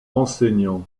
enseignant